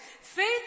faith